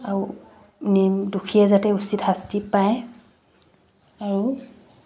আৰু নিম দোষীয়ে যাতে উচিত শাস্তি পায় আৰু